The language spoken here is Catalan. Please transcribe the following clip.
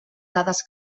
dades